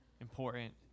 important